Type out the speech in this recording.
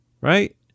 right